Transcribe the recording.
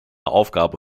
aufgabe